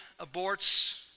aborts